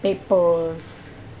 papers